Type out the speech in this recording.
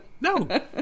No